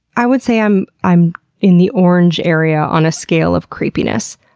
i would say i'm i'm in the orange area on a scale of creepiness.